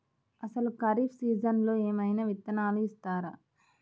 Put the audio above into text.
అసలు ఖరీఫ్ సీజన్లో ఏమయినా విత్తనాలు ఇస్తారా?